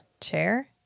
chair